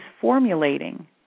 formulating